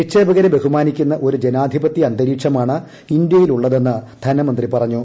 നിക്ഷേപകരെ ബഹുമാനിക്കുന്ന ഒരു ജനാധിപത്യ അന്തരീക്ഷമാണ് ഇന്ത്യയിലുള്ളതെന്ന് ധനമന്ത്രി പറഞ്ഞു